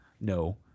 no